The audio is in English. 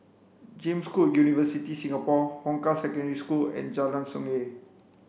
James Cook University Singapore Hong Kah Secondary School and Jalan Sungei